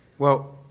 well,